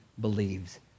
believes